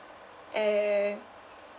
and